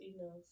enough